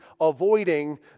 avoiding